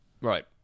Right